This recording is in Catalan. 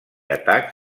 atacs